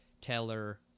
Taylor